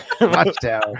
watchtower